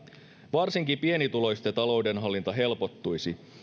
varsinkin pienituloisten talouden hallinta helpottuisi